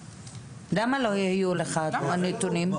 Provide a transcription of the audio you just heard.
למה לא יהיו לך הנתונים?